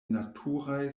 naturaj